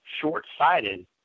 short-sighted